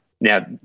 Now